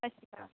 ਸਤਿ ਸ਼੍ਰੀ ਅਕਾਲ